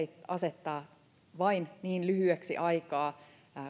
asettaa vain niin lyhyeksi aikaa